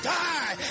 die